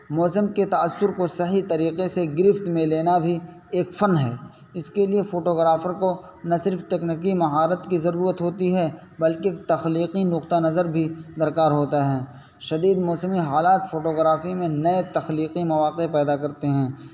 موسم کے تأثر کو صحیح طریقے سے گرفت میں لینا بھی ایک فن ہے اس کے لیے فوٹوگرافر کو نہ صرف تکنکی مہارت کی ضرورت ہوتی ہے بلکہ تخلیقی نقطہ نظر بھی درکار ہوتا ہے شدید موسمی حالات فوٹوگرافی میں نئے تخلیقی مواقع پیدا کرتے ہیں